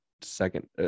second